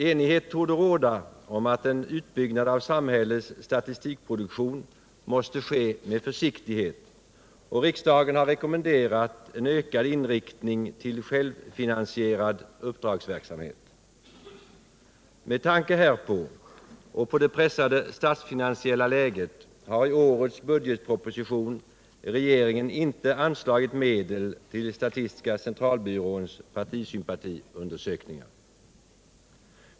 Enighet torde råda om att en utbyggnad av samhällets statistikproduktion måste ske med försiktighet, och riksdagen har rekommenderat en ökad inriktning på självfinansierad uppdragsverksamhet. Med tanke härpå och på det pressade statsfinansiella läget har regeringen i årets budgetproposition inte anslagit medel till statistiska centralbyråns partisympatiundersökningar.